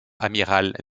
amiral